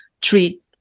treat